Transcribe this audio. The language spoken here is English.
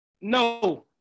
No